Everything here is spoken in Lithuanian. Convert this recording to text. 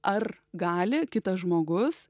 ar gali kitas žmogus